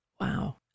Wow